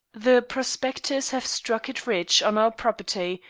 the prospectors have struck it rich on our property,